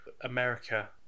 America